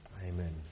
Amen